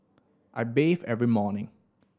I bathe every morning